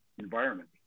environment